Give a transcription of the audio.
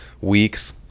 weeks